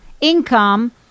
income